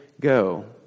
go